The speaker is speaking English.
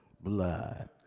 blood